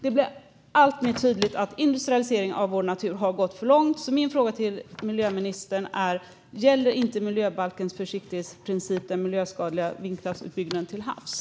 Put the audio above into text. Det blir alltmer tydligt att industrialisering av vår natur har gått för långt. Min fråga miljöministern är: Gäller inte miljöbalkens försiktighetsprincip den miljöskadliga vindkraftsutbyggnaden till havs?